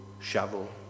shovel